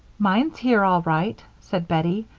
mine's here, all right, said bettie,